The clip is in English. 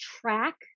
track